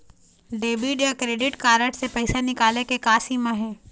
Debit या credit card से पैसा निकाले के का सीमा हे?